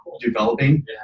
developing